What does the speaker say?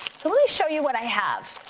so let me show you what i have.